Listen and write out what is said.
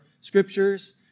scriptures